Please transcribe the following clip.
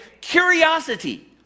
curiosity